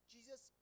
Jesus